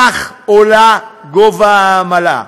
כך עולה העמלה.